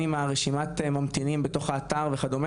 אם רשימת הממתינים בתוך האתר וכו'.